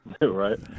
Right